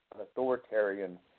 authoritarian